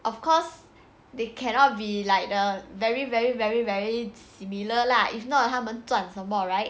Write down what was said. of course they cannot be like the very very very very similar lah if not 他们赚什么 right